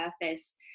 purpose